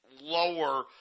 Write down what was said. lower